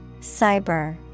Cyber